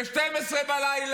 ב-24:00,